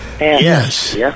Yes